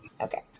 Okay